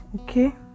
okay